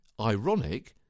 ironic